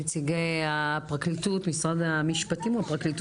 אפרת, זה לא לעניין.